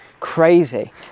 crazy